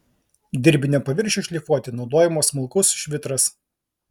dirbinio paviršiui šlifuoti naudojamas smulkus švitras